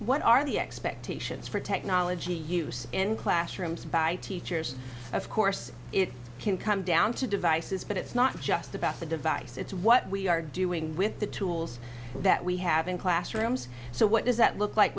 what are the expectations for technology use in classrooms by teachers of course it can come down to devices but it's not just about the device it's what we are doing with the tools that we have in classrooms so what does that